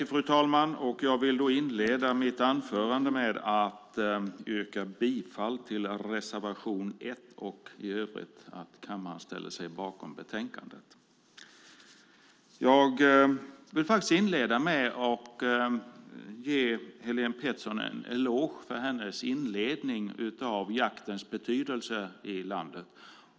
Fru talman! Jag yrkar bifall till reservation 1. I övrigt hoppas jag att kammaren ställer sig bakom betänkandet. Jag vill ge Helén Pettersson en eloge för hennes inledning om jaktens betydelse i vårt land.